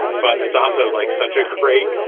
but it's also like such a great,